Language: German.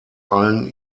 allen